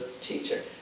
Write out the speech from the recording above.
teacher